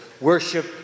worship